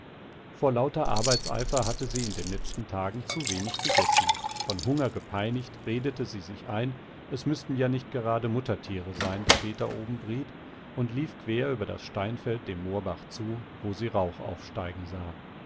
vor lauter arbeitseifer hatte sie in den letzten tagen zuwenig gegessen von hunger gepeinigt redete sie sich ein es müßten ja nicht gerade muttertiere sein die peter oben briet und lief quer über das steinfeld dem moorbach zu wo sie rauch aufsteigen sah